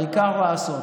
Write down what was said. העיקר לעשות.